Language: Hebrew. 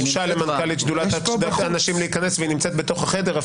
מנכ"לית שדולת הנשים נמצאת בתוך החדר,